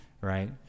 right